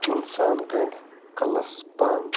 اِنسان گَنٛڈٕ کَلس پن